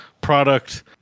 product